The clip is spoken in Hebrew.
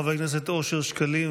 חבר הכנסת אושר שקלים,